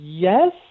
Yes